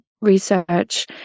research